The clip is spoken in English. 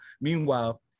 Meanwhile